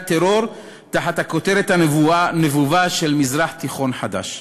טרור תחת הכותרת הנבובה של "מזרח תיכון חדש".